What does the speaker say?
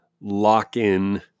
lock-in